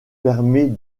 permet